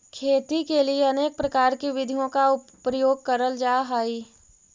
खेती के लिए अनेक प्रकार की विधियों का प्रयोग करल जा हई